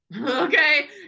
okay